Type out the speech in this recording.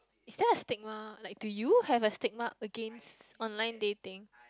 is there a stigma like do you have a stigma against online dating